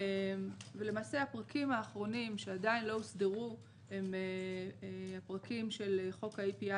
ולמעשה הפרקים האחרונים שעדיין לא הוסדרו הם הפרקים של חוק ה-EPI